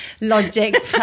Logic